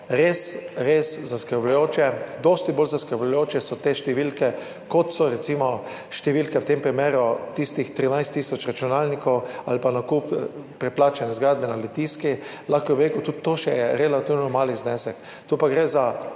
res res zaskrbljujoče. Dosti bolj zaskrbljujoče so te številke, kot so recimo številke v primeru tistih 13 tisoč računalnikov ali pa nakup preplačane zgradbe na Litijski. Lahko bi rekel, tudi to je še relativno majhen znesek, tu pa gre za